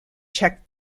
checked